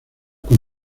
con